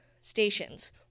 stations